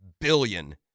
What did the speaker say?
billion